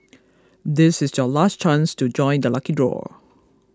this is your last chance to join the lucky draw